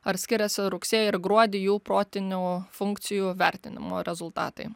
ar skiriasi rugsėjį ir gruodį jų protinių funkcijų vertinimo rezultatai